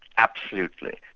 absolutely.